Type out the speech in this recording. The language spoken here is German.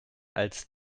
als